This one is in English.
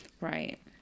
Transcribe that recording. right